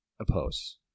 oppose